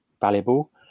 valuable